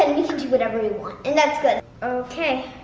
and we can do whatever we want and that's good. okay.